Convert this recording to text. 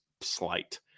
slight